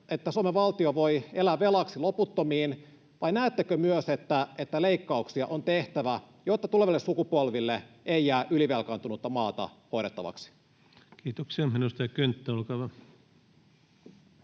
että Suomen valtio voi elää velaksi loputtomiin, vai näettekö myös, että leikkauksia on tehtävä, jotta tuleville sukupolville ei jää ylivelkaantunutta maata hoidettavaksi? Kiitoksia. — Edustaja Könttä, olkaa hyvä.